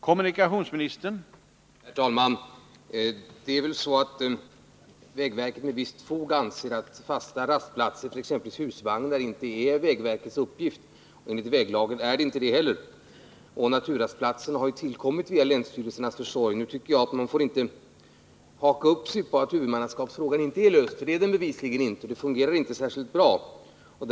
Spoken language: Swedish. Herr talman! Det är väl så att vägverket med visst fog anser att fasta rastplatser, t.ex. för husvagnar, inte hör till vägverkets uppgift — enligt väglagen gör de inte heller det. Naturrastplatserna har ju tillkommit genom länsstyrelsernas försorg. Jag tycker att man inte får haka upp sig på att huvudmannaskapsfrågan inte är löst — det är den bevisligen inte, och det fungerar inte särskilt bra härvidlag.